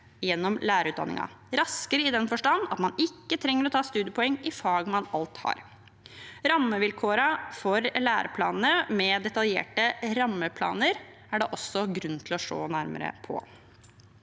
gjennom lærerutdanningen – raskere i den forstand at man ikke trenger å ta studiepoeng i fag man alt har. Rammevilkårene for læreplanene, med detaljerte rammeplaner, er det også grunn til å se nærmere på.